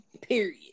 period